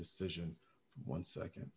decision one second